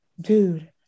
dude